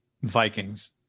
Vikings